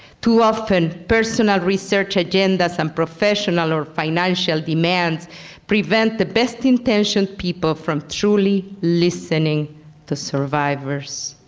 too often, personal research agendas and professional or financial demands prevent the best intentioned people from truly listening to survivors.